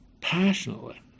passionately